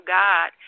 god